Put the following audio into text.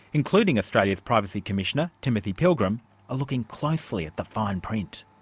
including australia's privacy commissioner, timothy pilgrim, are looking closely at the fine print.